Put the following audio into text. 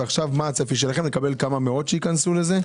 ועכשיו מה הצפי שלכם לקבל כמה מאות שייכנסו לזה?